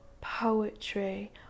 poetry